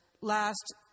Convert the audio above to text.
last